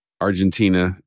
Argentina